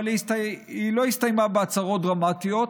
אבל היא לא הסתיימה בהצהרות דרמטיות,